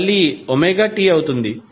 ఇది మళ్ళీ t అవుతుంది